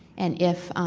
and if.